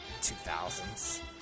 2000s